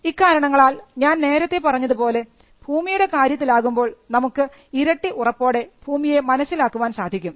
ഇക്കാരണങ്ങളാൽ ഞാൻ നേരത്തെ പറഞ്ഞതുപോലെ ഭൂമിയുടെ കാര്യത്തിലാകുമ്പോൾ നമുക്ക് ഇരട്ടി ഉറപ്പോടെ ഭൂമിയെ മനസ്സിലാക്കാൻ സാധിക്കും